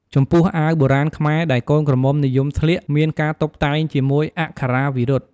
ចំពោះអាវបុរាណខ្មែរដែលកូនក្រមុំនិយមស្លៀកមានការតុបតែងជាមួយអក្ខរាវិរុទ្ធ។